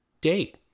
date